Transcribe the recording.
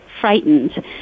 frightened